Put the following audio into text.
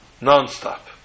non-stop